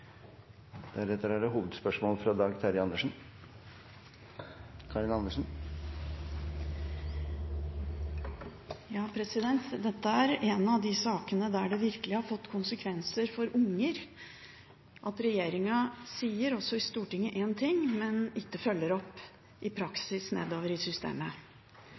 Dette er en av de sakene der det virkelig har fått konsekvenser for unger at regjeringen sier én ting i Stortinget, men ikke følger opp i praksis nedover i systemet.